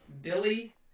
Billy